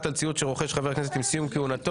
על ציוד שרוכש חבר הכנסת עם סיום כהונתו.